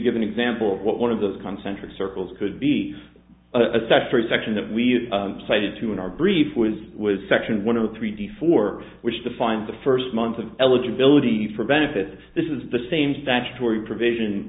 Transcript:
give an example one of those concentric circles could be a separate section that we cited two in our brief was was section one of the three d for which to find the first month of eligibility for benefits this is the same statutory provision